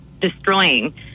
destroying